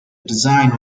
design